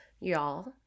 y'all